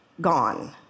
Gone